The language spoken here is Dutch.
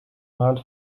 maand